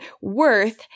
worth